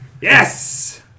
Yes